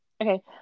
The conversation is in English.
Okay